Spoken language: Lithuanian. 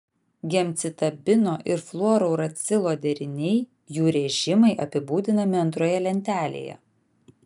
gemcitabino ir fluorouracilo deriniai jų režimai apibūdinami antroje lentelėje